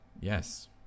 Yes